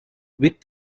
with